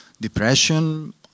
Depression